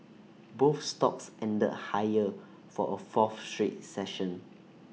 both stocks ended higher for A fourth straight session